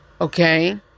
Okay